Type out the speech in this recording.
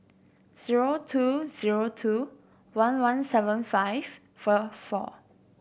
zero two zero two one one seven five four four